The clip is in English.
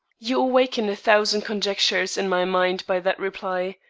you awaken a thousand conjectures in my mind by that reply,